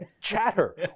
chatter